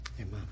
Amen